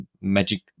magic